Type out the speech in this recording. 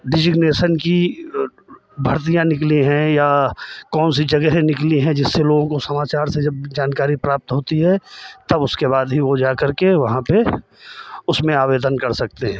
designation की भर्तियाँ निकली हैं या कौन सी जगह निकली हैं जिससे लोगों को समाचार से जब जानकारी प्राप्त होती हैं तब उसके बाद ही वह जा करके वहाँ पर उसमें आवेदन कर सकते हैं